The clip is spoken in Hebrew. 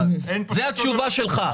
--- זו התשובה שלך.